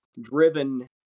driven